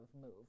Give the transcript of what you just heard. move